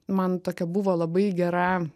man tokia buvo labai gera